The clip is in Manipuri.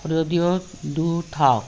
ꯔꯦꯗꯤꯌꯣꯗꯨ ꯊꯥꯎ